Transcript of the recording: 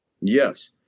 Yes